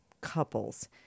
couples